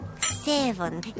Seven